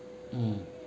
mm